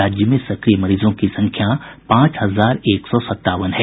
राज्य में सक्रिय मरीजों की संख्या पांच हजार एक सौ सतावन है